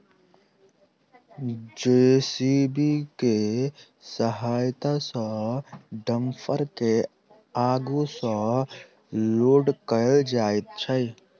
JCB के सहायता सॅ डम्फर के आगू सॅ लोड कयल जाइत छै